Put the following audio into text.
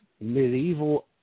medieval